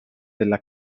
della